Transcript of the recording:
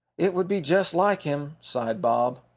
it would be just like him, sighed bob.